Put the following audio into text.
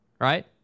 right